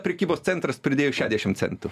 prekybos centras pridėjo šešiasdešim centų